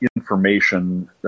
information